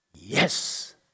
Yes